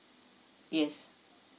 yes